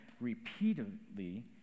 repeatedly